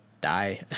die